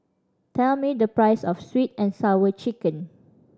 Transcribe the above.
tell me the price of Sweet And Sour Chicken